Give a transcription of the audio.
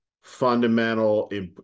fundamental